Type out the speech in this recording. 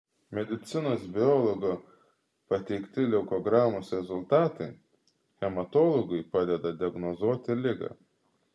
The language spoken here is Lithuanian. medicinos biologo pateikti leukogramos rezultatai hematologui padeda diagnozuoti ligą